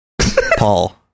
Paul